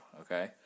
okay